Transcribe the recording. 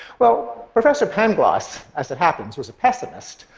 well, professor pangloss, as it happens, was a pessimist.